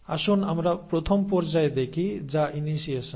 আসুন আমরা প্রথম পর্যায় দেখি যা ইনিশিয়েশন